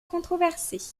controversée